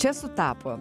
čia sutapo